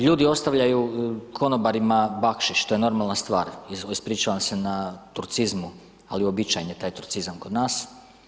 Ljudi ostavljaju konobarima bakšiš, to je normalna stvar, ispričavam vam se na turcizmu, ali uobičajen je taj turcizam kod nas.